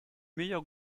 meilleur